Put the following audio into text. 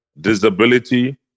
disability